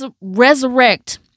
resurrect